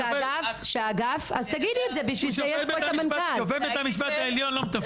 שופט בית המשפט העליון לא מתפקד?